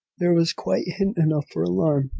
there was quite hint enough for alarm,